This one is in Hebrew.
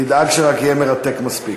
תדאג רק שיהיה מרתק מספיק.